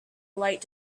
light